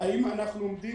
המרדימים